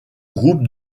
groupe